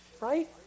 right